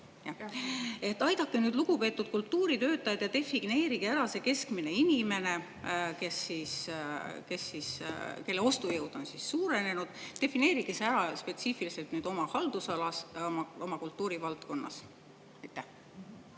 Aidake nüüd lugupeetud kultuuritöötajaid ja defineerige ära see keskmine inimene, kelle ostujõud on suurenenud. Defineerige ära see spetsiifiliselt oma haldusalas, kultuurivaldkonnas.